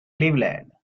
cleveland